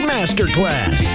Masterclass